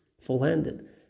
full-handed